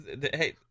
Hey